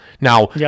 now